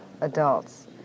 adults